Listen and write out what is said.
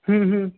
ਹੂੰ ਹੂੰ